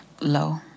low